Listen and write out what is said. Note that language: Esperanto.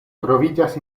troviĝas